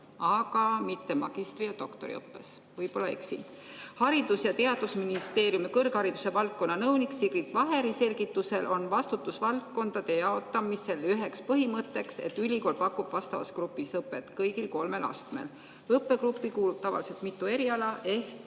aga mitte magistri- ja doktoriõppes. Võib-olla ma eksin. Haridus- ja Teadusministeeriumi kõrghariduse valdkonna nõuniku Sigrid Vaheri selgitusel on vastutusvaldkondade jaotamisel üks põhimõte, et ülikool pakub vastavas grupis õpet kõigil kolmel astmel. Õppegruppi kuulub tavaliselt mitu eriala- ehk